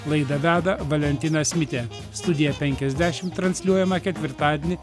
laidą veda valentinas mitė studija penkiasdešimt transliuojama ketvirtadienį